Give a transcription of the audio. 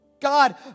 God